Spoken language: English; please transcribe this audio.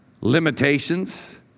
limitations